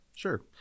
Sure